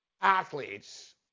athletes